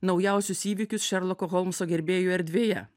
naujausius įvykius šerloko holmso gerbėjų erdvėje